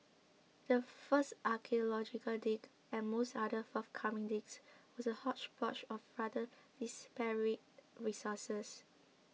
the first archaeological dig and most other forthcoming digs was a hodgepodge of rather disparate resources